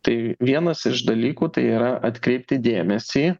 tai vienas iš dalykų tai yra atkreipti dėmesį